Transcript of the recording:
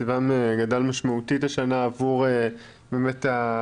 תקציבם גדל משמעותית השנה עבור ההתאמות,